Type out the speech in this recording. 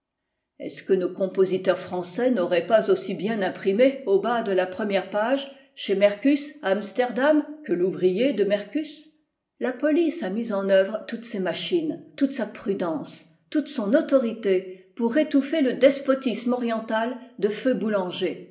est-ce que nos compositeurs français n'auraient pas aussi bien imprimé au bas de la première page chez merkus à amsterdam que l'ouvrier de merkus la police a mis en œuvre toutes ses machines toute sa prudence toute son autorité pour étouffer le despotisme oriental de feu boulanger